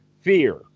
fear